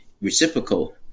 reciprocal